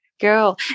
girl